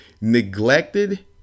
neglected